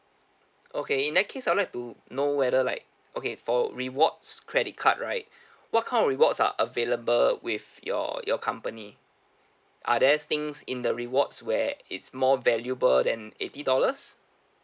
okay in that case I'll like to know whether like okay for rewards credit card right what kind of rewards are available with your your company are there things in the rewards where it's more valuable than eighty dollars